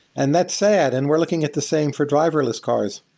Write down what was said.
and that's sad, and we're looking at the same for driverless cars.